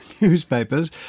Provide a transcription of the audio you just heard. newspapers